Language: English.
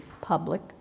public